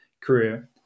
career